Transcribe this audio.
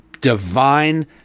divine